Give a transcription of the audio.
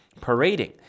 parading